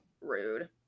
Rude